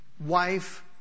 wife